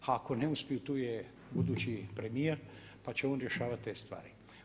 A ako ne uspiju tu je budući premijer pa će on rješavati te stvari.